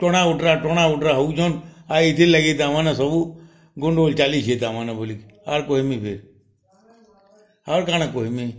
ଟଣା ଓଟରା ଟଣା ଓଟରା ହଉଛନ୍ ଆ ଇଥିର୍ଲାଗି ତାମାନେ ସବୁ ଗଣ୍ଡଗୋଲ୍ ଚାଲିଛେ ତାମାନେ ବୋଲି ଆର୍ କହେମି ଫେର୍ ଆର୍ କାଣା କହେମି